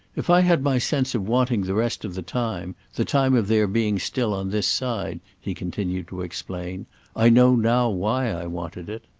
if i had my sense of wanting the rest of the time the time of their being still on this side, he continued to explain i know now why i wanted it.